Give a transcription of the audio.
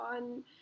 on